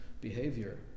behavior